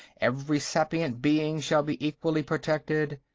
every sapient being shall be equally protected.